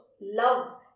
love